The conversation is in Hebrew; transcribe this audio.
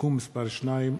(תיקון מס' 2),